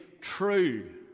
true